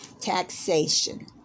taxation